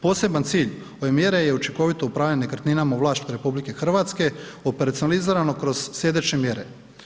Poseban cilj ove mjere je učinkovito upravljanje nekretninama u vlasništvu RH, operacionalizirano kroz sljedeće mjere.